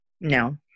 No